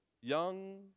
young